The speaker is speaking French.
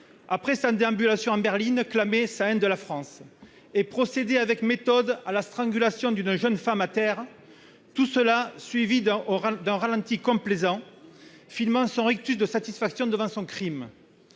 après sa déambulation en berline, clamer sa haine de la France, et procéder avec méthode à la strangulation d'une jeune femme à terre, le tout suivi d'un ralenti complaisant laissant apparaître son rictus de satisfaction devant son crime.